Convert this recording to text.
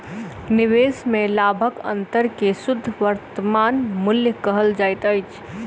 निवेश में लाभक अंतर के शुद्ध वर्तमान मूल्य कहल जाइत अछि